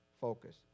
focus